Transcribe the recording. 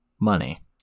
money